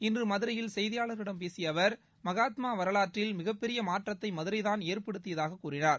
இன்று மதுரையில் செய்தியாளர்களிடம் பேசிய அவர் மகாத்மா வரவாற்றில் மிகப்பெரிய மாற்றத்தை மதுரைதான் ஏற்படுத்தியதாக கூறினார்